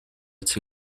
its